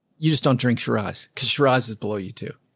you just don't drink shiraz because shiraz is below you too.